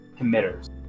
committers